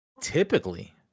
typically